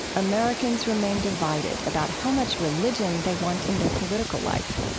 americans remain divided about how much religion they want in their political life.